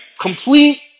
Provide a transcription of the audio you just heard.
complete